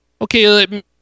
okay